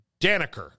Daneker